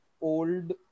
old